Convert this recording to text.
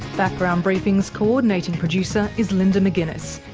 background briefing's coordinating producer is linda mcginness,